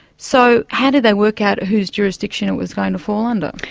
so how did they work out whose jurisdiction it was going to fall under?